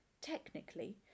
Technically